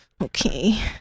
okay